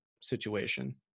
situation